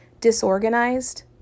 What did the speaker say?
disorganized